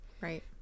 Right